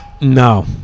No